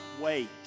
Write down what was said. wait